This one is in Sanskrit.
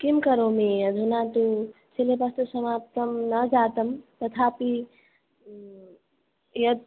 किं करोमि अधुना तु सिलेबस् समाप्तं ना जातं तथापि यत्